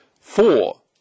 four